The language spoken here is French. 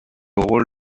rôle